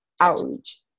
outreach